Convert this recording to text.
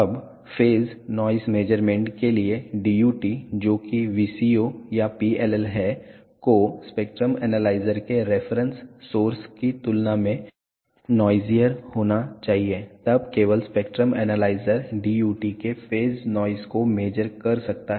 अब phase noise measurement के लिए DUT जो कि VCO या PLL है को स्पेक्ट्रम एनालाइजर के रेफरेंस सोर्स की तुलना में नोइसिएर होना चाहिए तब केवल स्पेक्ट्रम एनालाइजर DUT के फेज नॉइस को मेज़र कर सकता है